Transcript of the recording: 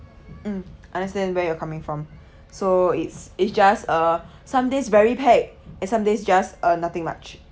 mm understand where you're coming from so it's it's just a sunday's very pack and sunday's just uh nothing much